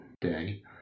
day